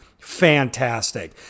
fantastic